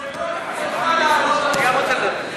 זה לא מכבודך.